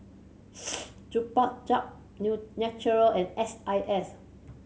Chupa Chups Naturel and S I S